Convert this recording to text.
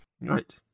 Right